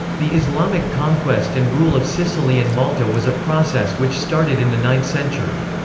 the islamic conquest and rule of sicily and malta was a process which started in the ninth century.